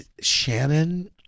Shannon